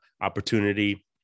opportunity